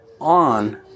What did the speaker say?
on